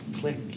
click